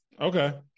okay